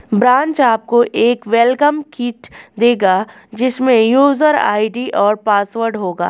branch आपको एक welcome kit देगा जिसमे यूजर आई.डी और पासवर्ड होगा